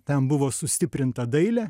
ten buvo sustiprinta dailė